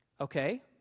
Okay